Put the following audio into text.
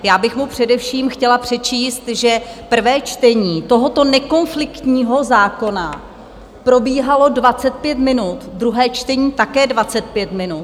Já bych mu především chtěla přečíst, že prvé čtení tohoto nekonfliktního zákona probíhalo 25 minut, druhé čtení také 25 minut.